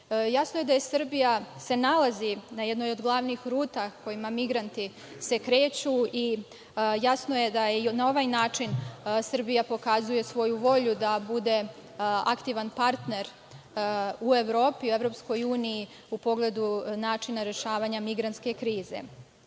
Jasno je da se Srbija nalazi na jednoj od glavnih ruta, kojima migranti se kreću, i jasno je da i na ovaj način Srbija pokazuje svoju volju da bude aktivan partner u Evropi, EU u pogledu načina rešavanja migrantske